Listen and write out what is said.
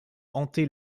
hanter